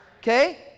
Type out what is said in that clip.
okay